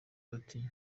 bati